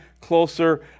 closer